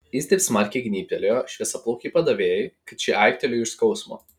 jis taip smarkiai gnybtelėjo šviesiaplaukei padavėjai kad ši aiktelėjo iš skausmo